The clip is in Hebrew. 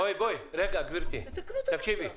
גברתי, תקשיבי.